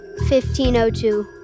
1502